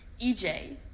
EJ